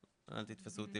אל תתפסו אותי